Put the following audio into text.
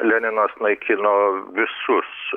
leninas naikino visus